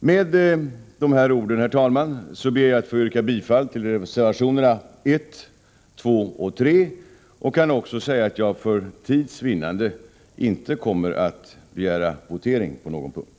Med dessa ord, herr talman, ber jag att få yrka bifall till reservationerna 1, 2 och 3. För tids vinnande kommer jag inte att begära votering på någon punkt.